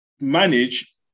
manage